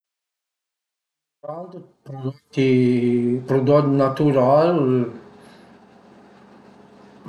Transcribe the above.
Ën duvrant prodotti prudot natural